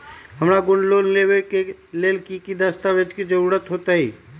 हमरा gold loan लेबे के लेल कि कि दस्ताबेज के जरूरत होयेत?